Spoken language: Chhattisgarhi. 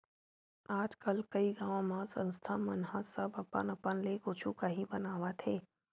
आजकल कइ गाँव म संस्था मन ह सब अपन अपन ले कुछु काही बनावत हे